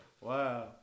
Wow